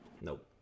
Nope